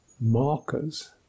markers